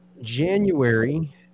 January